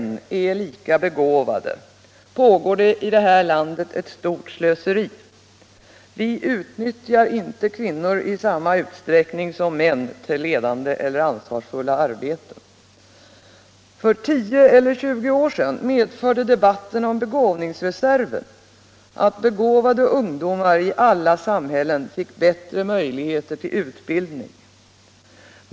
för det första, är lika begåvade, pågår det 1 det här landet ett stort slöseri. Vi utnyttjar inte kvinnor i samma utsträckning som män till ledande eller ansvarsfulla arbeten. För tio eller tjugo år sedan medförde debatten om begåvningsreserven att begåvade ungdomar i alla samhällen fick bättre möjligheter till utbildning.